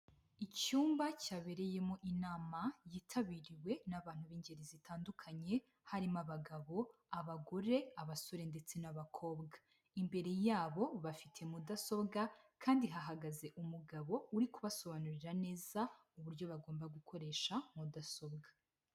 Icyumba cyabereyemo inama yitabiriwe n'abantu b'ingeri zitandukanye, harimo abagabo, abagore, abasore ndetse n'abakobwa. Imbere yabo bafite mudasobwa kandi hahagaze umugabo uri kubasobanurira neza uburyo bagomba gukoresha mudasobwa.